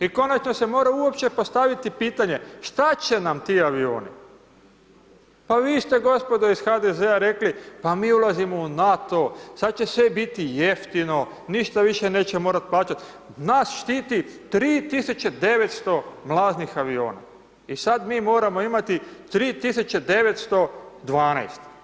I konačno se mora uopće postaviti pitanje šta će nam ti avioni, pa vi ste gospodo iz HDZ-a rekli pa mi ulazimo u NATO, sad će sve biti jeftino, ništa više neće morat plaćat, nas štiti 3.900 mlaznih aviona i sad mi moramo imati 3.912.